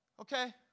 okay